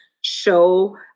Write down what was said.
show